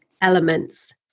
elements